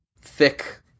thick